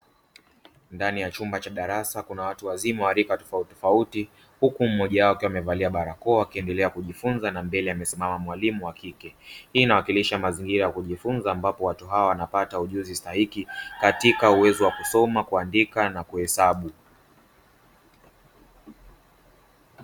Ndani ya chumba cha darasa kuna watu wazima wa rika tofauti tofauti, huku mmoja wao akiwa amevalia barakao wakiendelea kijifunza na mbele amesimama mwalimu wa kike. Hii inaashiria mazingira ya kujifunza ambapo watu hawa wanapata ujuzi stahiki katika uwezo wa kusoma, kuandika na kuhesabu.